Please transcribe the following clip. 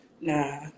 nah